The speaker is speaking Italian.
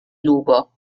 lupo